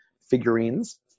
figurines